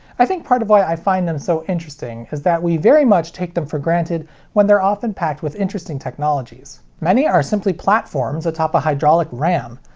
i think part of why i find them so interesting is that we very much take them for granted when they're often packed with interesting technologies. many are simply platforms atop a hydraulic ram.